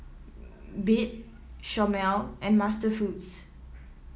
Bebe Chomel and MasterFoods